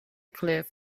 cliff